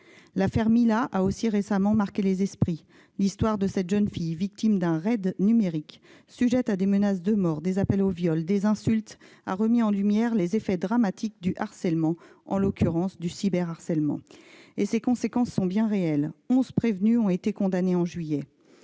L'« affaire Mila » a aussi récemment marqué les esprits. L'histoire de cette jeune fille, victime d'un raid numérique, sujette à des menaces de mort, des appels au viol, des insultes, a remis en lumière les effets dramatiques du harcèlement, en l'occurrence du cyberharcèlement, et ses conséquences bien réelles. En juillet, onze prévenus ont été condamnés. Le